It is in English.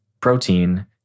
protein